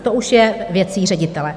To už je věcí ředitele.